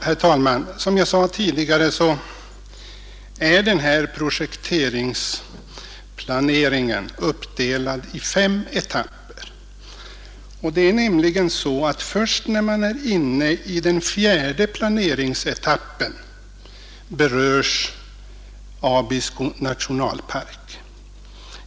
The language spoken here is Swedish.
Herr talman! Som jag sade tidigare är den aktuella projektplaneringen uppdelad i fem etapper. Först när man är inne i den fjärde planeringsetappen berörs Abisko nationalpark.